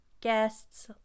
guests